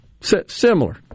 Similar